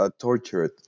tortured